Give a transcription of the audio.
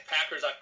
Packers